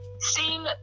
Seen